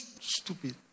stupid